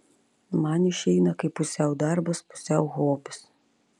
man išeina kaip pusiau darbas pusiau hobis